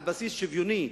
על בסיס שוויוני,